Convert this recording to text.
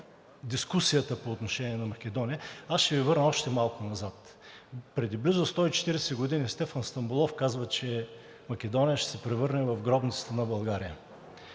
дискусията по отношение на Македония, аз ще Ви върна още малко назад. Преди близо 140 години Стефан Стамболов казва, че Македония ще се превърне в гробницата на България.